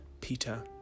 Peter